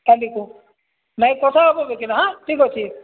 କାଲିକୁ ନାଇଁ କଥା ହବ ବ କିି ହଁ ଠିକ୍ ଅଛି